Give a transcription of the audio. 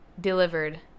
delivered